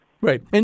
Right